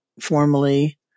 formally